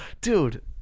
Dude